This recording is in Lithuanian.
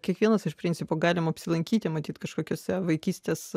kiekvienas iš principo galime apsilankyti matyt kažkokiose vaikystės